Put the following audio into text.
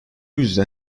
yüzden